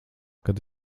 kad